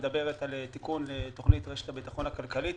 היא מדברת על תיקון תוכנית רשת הביטחון הכלכלית